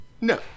No